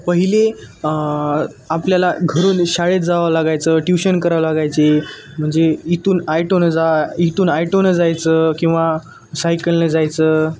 पहिले आपल्याला घरून शाळेत जावं लागायचं ट्युशन करावं लागायचे म्हणजे इथून आईटोन जा इथून आयटो नं जायचं किंवा सायकलनं जायचं